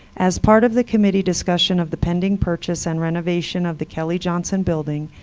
as part of the committee discussion of the pending purchase and renovation of the kelly johnson building,